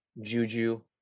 Juju